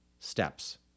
steps